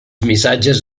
missatges